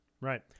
Right